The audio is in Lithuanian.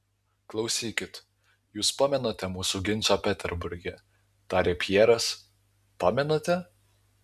klausykit jus pamenate mūsų ginčą peterburge tarė pjeras pamenate